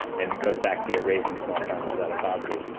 and it goes back to your raising small farmers out of poverty.